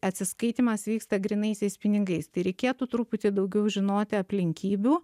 atsiskaitymas vyksta grynaisiais pinigais tai reikėtų truputį daugiau žinoti aplinkybių